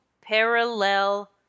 parallel